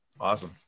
Awesome